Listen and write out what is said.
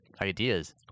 ideas